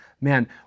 man